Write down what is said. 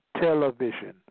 television